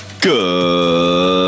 Good